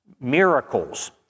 miracles